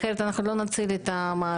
אחרת אנחנו לא נציל את המערכת.